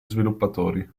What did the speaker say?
sviluppatori